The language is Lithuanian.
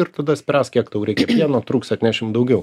ir tada spręsk kiek tau reikia pieno trūks atnešim daugiau